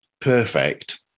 perfect